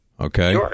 okay